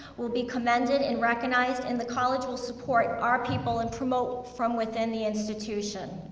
will be commended and recognized, and the college will support our people, and promote from within the institution.